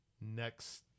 next